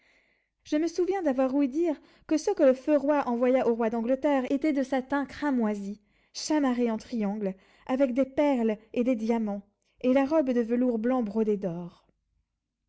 je me souviens d'avoir ouï dire que ceux que le feu roi envoya au roi d'angleterre étaient de satin cramoisi chamarré en triangle avec des perles et des diamants et la robe de velours blanc brodé d'or